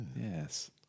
Yes